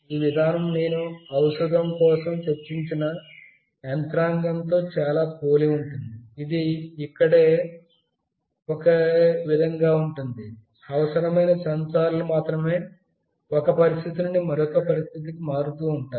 ఈ విధానం నేను ఔషధం కోసం చర్చించిన యంత్రాంగంతొ చాలా పోలి ఉంటుంది ఇది ఇక్కడ ఒకే విధంగా ఉంటుంది అవసరమైన సెన్సార్లు మాత్రమే ఒక పరిస్థితి నుండి మరొక పరిస్థితికి మారుతూ ఉంటాయి